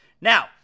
Now